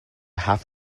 half